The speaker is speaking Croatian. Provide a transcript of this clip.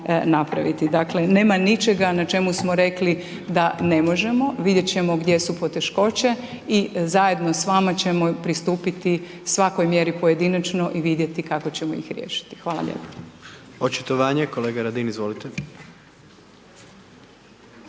Dakle, nema ničega na čemu smo rekli da ne možemo, vidjet ćemo gdje su poteškoće i zajedno s vama ćemo pristupiti svakoj mjeri pojedinačno i vidjeti kako ćemo ih riješiti. Hvala lijepo.